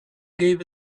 gave